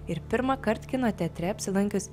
ir pirmąkart kino teatre apsilankius